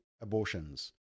abortions